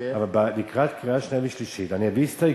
אבל לקראת קריאה שנייה ושלישית אני אביא הסתייגות,